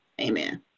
amen